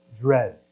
dread